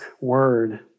word